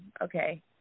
okay